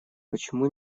почему